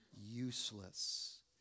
useless